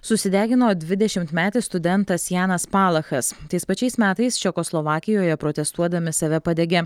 susidegino dvidešimtmetis studentas janas palachas tais pačiais metais čekoslovakijoje protestuodami save padegė